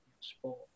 sport